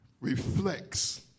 reflects